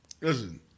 listen